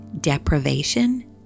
deprivation